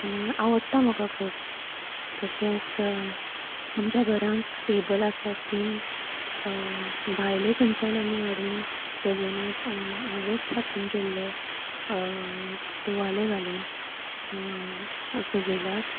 आनी आवडटा म्हाका खूब तशेंच आमच्या घरांत टेबल आसात ती भायले खंयच्यान हाडून आमी सजयनात हांवेच हातीन केल्ले तुवाले घालून सजयल्यात